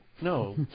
No